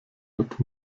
mit